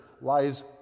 lies